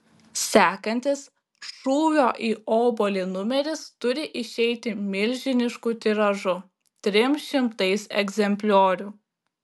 sekantis šūvio į obuolį numeris turi išeiti milžinišku tiražu trim šimtais egzempliorių